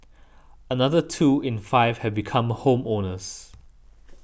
another two in five have become home owners